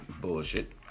bullshit